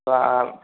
ତ ଆ